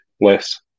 less